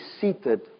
seated